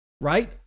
Right